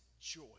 joy